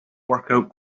workout